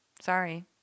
sorry